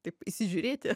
taip įsižiūrėti